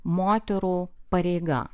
moterų pareiga